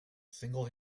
single